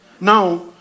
Now